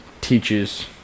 teaches